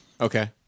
okay